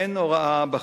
אין הוראה בחוק.